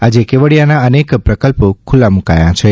આજે કેવડિયાના અનેક પ્રકલ્પો ખુલ્લા મુકાયા છે